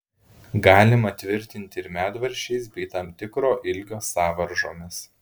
galima tvirtinti ir medvaržčiais bei tam tikro ilgio sąvaržomis